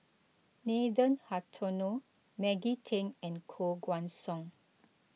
Nathan Hartono Maggie Teng and Koh Guan Song